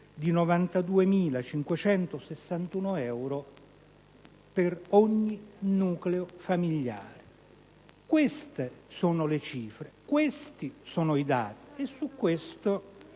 di 92.561 euro per ogni nucleo familiare. Queste sono le cifre, questi sono i dati e su questo